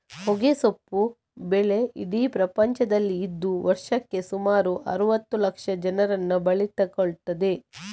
ಹೊಗೆಸೊಪ್ಪು ಬೆಳೆ ಇಡೀ ಪ್ರಪಂಚದಲ್ಲಿ ಇದ್ದು ವರ್ಷಕ್ಕೆ ಸುಮಾರು ಅರುವತ್ತು ಲಕ್ಷ ಜನರನ್ನ ಬಲಿ ತಗೊಳ್ತದೆ